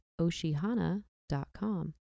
Oshihana.com